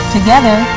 Together